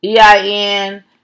EIN